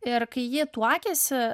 ir kai ji tuokėsi